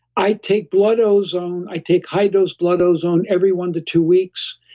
i take blood ozone, i take high dose blood ozone every one to two weeks,